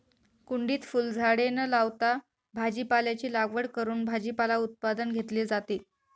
कुंडीत फुलझाडे न लावता भाजीपाल्याची लागवड करून भाजीपाला उत्पादन घेतले जाते